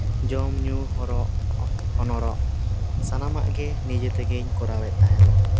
ᱡᱚᱢᱼᱧᱩ ᱦᱚᱨᱚᱜ ᱦᱚᱱᱚᱨᱚᱜ ᱥᱟᱱᱟᱢᱟᱜ ᱜᱮ ᱱᱤᱡᱮ ᱛᱮᱜᱤᱧ ᱠᱚᱨᱟᱣᱮᱫ ᱛᱟᱦᱮᱸᱫᱚᱜ